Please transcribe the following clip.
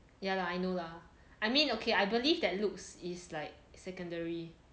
ya lah I know lah I mean okay I believe that looks is like secondary